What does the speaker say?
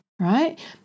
right